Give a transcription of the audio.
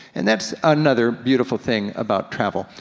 and that's another beautiful thing about travel.